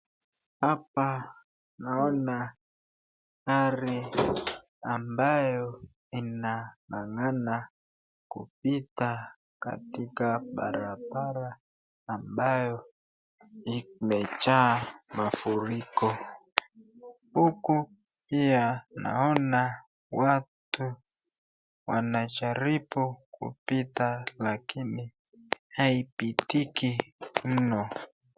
Hapa naona gari ambao Inang'ang'ana. kupita katika barabara ambayo imejaa mafuriko. Huku pia naona watu wanajaribu kupita lakini haipitiki mno.